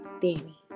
Danny